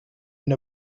and